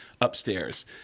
upstairs